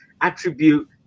attribute